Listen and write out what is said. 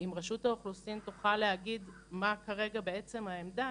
אם רשות האוכלוסין תוכל להגיד מה כרגע בעצם העמדה,